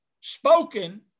spoken